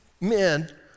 men